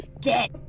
Get